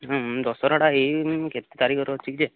ଦଶହରାଟା ଏଇ କେତେ ତାରିଖରେ ଅଛି ଯେ